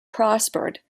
prospered